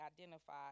identify